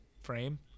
frame